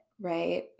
right